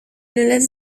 laisse